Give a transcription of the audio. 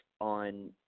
on –